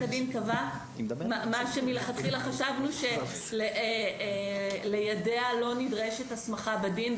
הדין קבע מה שמלכתחילה חשבנו שליידע לא נדרשת הסמכה בדין,